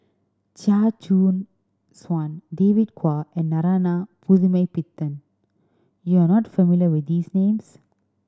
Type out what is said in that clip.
Chia Choo Suan David Kwo and Narana Putumaippittan you are not familiar with these names